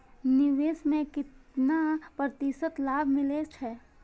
निवेश में केतना प्रतिशत लाभ मिले छै?